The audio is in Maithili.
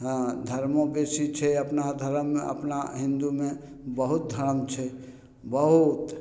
हँ धर्मों बेसी छै अपना धर्ममे अपना हिन्दूमे बहुत धर्म छै बहुत